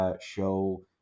show